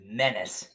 menace